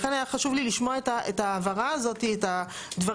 לכן היה חשוב לי לשמוע את ההבהרה הזאת, את הדברים.